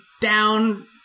down